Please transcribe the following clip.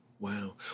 Wow